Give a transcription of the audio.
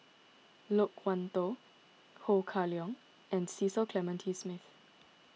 Loke Wan Tho Ho Kah Leong and Cecil Clementi Smith